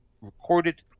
recorded